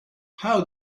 how